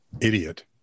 idiot